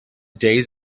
days